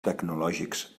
tecnològics